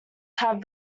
had